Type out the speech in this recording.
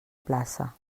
plaça